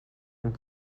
dem